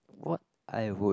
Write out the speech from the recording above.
what I would